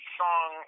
song